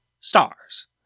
stars